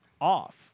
off